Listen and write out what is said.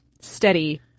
steady